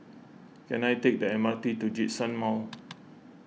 can I take the M R T to Djitsun Mall